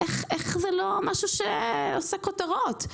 איך זה לא עולה לכותרות?